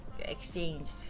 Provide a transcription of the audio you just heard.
exchanged